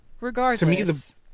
regardless